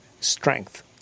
strength